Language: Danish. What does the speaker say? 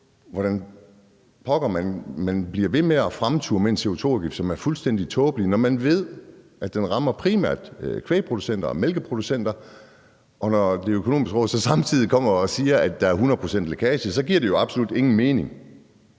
hvordan pokker man kan blive ved med at fremture med en CO2-afgift, som er fuldstændig tåbelig, når man ved, at den primært rammer kvægproducenter og mælkeproducenter. Og når Det Økonomiske Råd samtidig kommer og siger, at der er 100 pct.s lækage, så giver det jo absolut ingen mening.